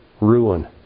ruin